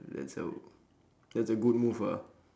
that's uh that's a good move ah